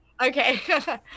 okay